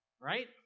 right